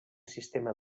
sistema